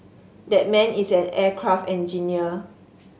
that man is an aircraft engineer